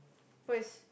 first